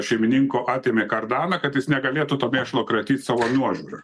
šeimininko atėmė kardaną kad jis negalėtų to mėšlo kratyt savo nuožiūra